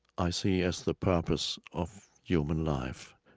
i see as the purpose of human life.